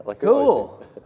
Cool